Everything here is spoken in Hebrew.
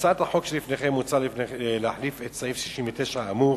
בהצעת החוק שלפניכם מוצע להחליף את סעיף 69 האמור